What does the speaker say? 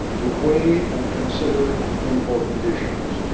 to weigh and consider important issues,